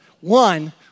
one